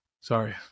sorry